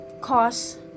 cause